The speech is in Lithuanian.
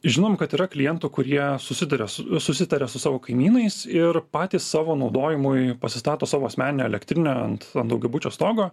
žinom kad yra klientų kurie susiduria su susitaria su savo kaimynais ir patys savo naudojimui pasistato savo asmeninę elektrinę ant ant daugiabučio stogo